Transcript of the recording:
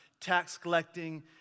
tax-collecting